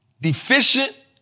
deficient